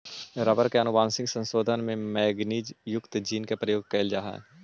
rubber के आनुवंशिक संशोधन में मैगनीज युक्त जीन के प्रयोग कैइल जा हई